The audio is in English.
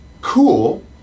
Cool